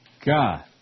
God